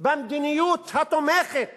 במדיניות התומכת